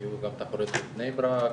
היו גם תחרויות בבני ברק,